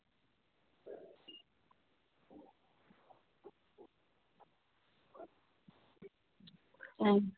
ᱦᱮᱸ